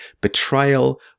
betrayal